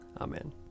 Amen